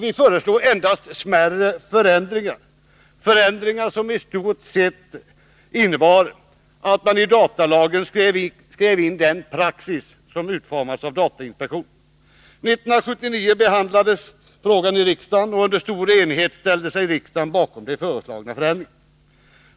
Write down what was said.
Endast smärre förändringar föreslogs, förändringar som i stort sett innebar att man i datalagen skrev in den praxis som utformats av datainspektionen. År 1979 behandlades frågan i riksdagen, och under stor enighet ställde sig riksdagen bakom de föreslagna förändringarna.